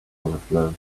overflow